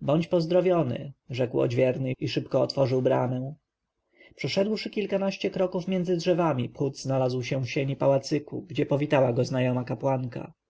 bądź pozdrowiony rzekł odźwierny i szybko otworzył bramę przeszedłszy kilkanaście kroków między drzewami phut znalazł się w sieni pałacyku gdzie powitała go znajoma kapłanka